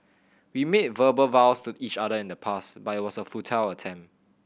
we made verbal vows to each other in the past but it was a futile attempt